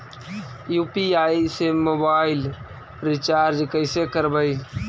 UPI से mobile recharge कैसे करबइ?